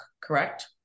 correct